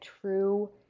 true